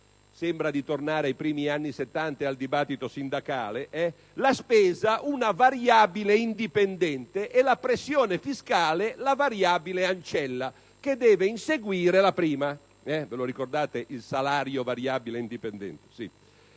(sembra di tornare ai primi anni Settanta ed al dibattito sindacale) una variabile indipendente e la pressione fiscale la variabile ancella, che deve inseguire la prima (ve lo ricordate il salario variabile indipendente?).